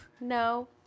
no